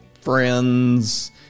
friends